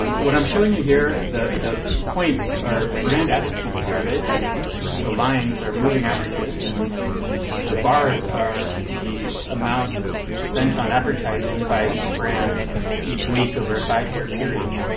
um what i'm showing you here, the the points are brand attitude surveys. and the lines are moving averages. and the bars are the amount spent on advertising by each brand each week over a five-year period.